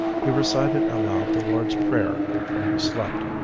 he recited aloud the lord's prayer before he slept.